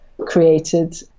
created